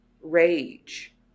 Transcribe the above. rage